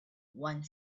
one